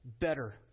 better